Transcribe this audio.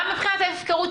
גם מבחינת ההפקרות,